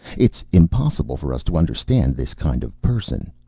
it's impossible for us to understand this kind of person.